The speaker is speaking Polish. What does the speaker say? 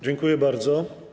Dziękuję bardzo.